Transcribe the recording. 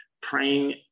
praying